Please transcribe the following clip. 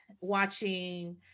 watching